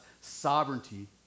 sovereignty